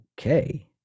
okay